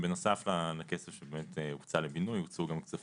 בנוסף לכסף שבאמת הוקצה לבינוי,